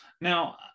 Now